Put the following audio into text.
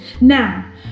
now